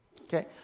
Okay